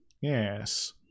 Yes